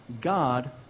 God